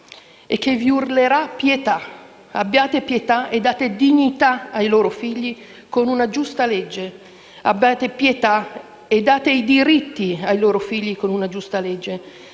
e che vi urlerà pietà. Abbiate pietà e date dignità ai loro figli con una giusta legge. Abbiate pietà e date i diritti ai loro figli con una giusta legge.